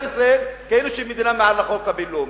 ישראל כאילו היא מדינה מעל החוק הבין-לאומי,